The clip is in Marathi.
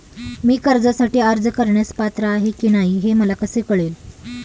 मी कर्जासाठी अर्ज करण्यास पात्र आहे की नाही हे मला कसे कळेल?